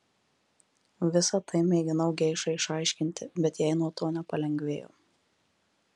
visa tai mėginau geišai išaiškinti bet jai nuo to nepalengvėjo